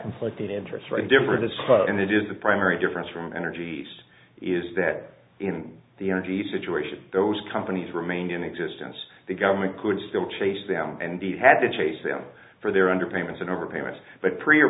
conflicting interests right difference and that is the primary difference from energies is that in the energy situation those companies remained in existence the government could still chase them and he had to chase them for their under payments and over payments but pre or